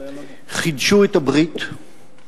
חידשו את הברית,